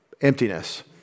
emptiness